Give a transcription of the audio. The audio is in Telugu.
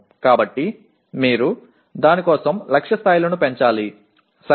కాబట్టి మీరు దాని కోసం లక్ష్య స్థాయిలను పెంచాలి సరేనా